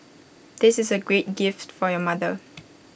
this is A great gift for your mother